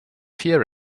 here